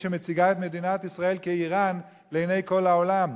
שמציגה את מדינת ישראל כאירן לעיני כל העולם.